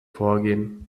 vorgehen